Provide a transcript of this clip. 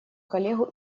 коллегу